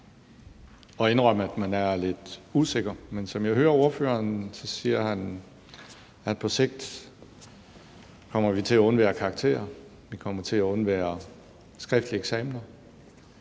og indrømme, at man er lidt usikker. Men som jeg hører ordføreren, siger han, at vi på sigt kommer til at undvære karakterer, vi kommer til at undvære skriftlig eksamener,